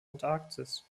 antarktis